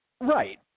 Right